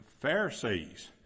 Pharisees